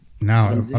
Now